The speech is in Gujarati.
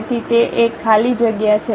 તેથી તે એક ખાલી જગ્યા છે